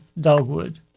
dogwood